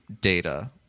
data